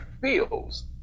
feels